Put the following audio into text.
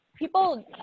People